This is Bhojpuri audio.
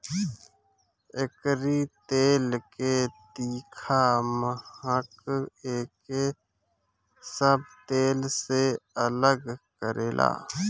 एकरी तेल के तीखा महक एके सब तेल से अलग करेला